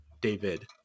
David